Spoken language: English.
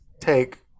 take